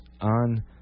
on